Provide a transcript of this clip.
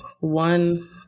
one